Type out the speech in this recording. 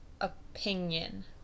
opinion